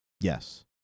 Yes